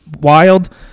wild